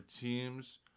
teams